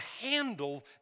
handle